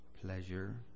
pleasure